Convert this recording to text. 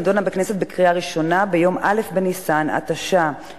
נדונה ונתקבלה בכנסת בקריאה ראשונה ביום א' בניסן התש"ע,